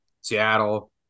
Seattle